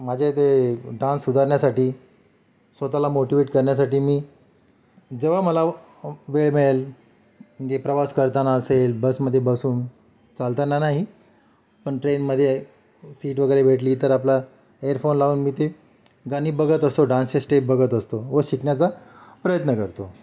माझे ते डान्स सुधारण्यासाठी स्वतःला मोटिवेट करण्यासाठी मी जेव्हा मला वेळ मिळेल म्हणजे प्रवास करताना असेल बसमध्ये बसून चालताना नाही पण ट्रेनमध्ये सीट वगैरे भेटली तर आपला एअरफोन लावून मी ती गाणी बघत असतो डान्सचे स्टेप बघत असतो व शिकण्याचा प्रयत्न करतो